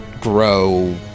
grow